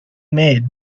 made